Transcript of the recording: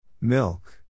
Milk